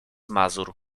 mazur